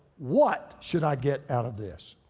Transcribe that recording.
what should i get out of this?